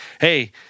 hey